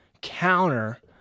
counter